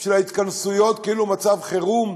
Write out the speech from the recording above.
בשביל ההתכנסויות, כאילו מצב חירום?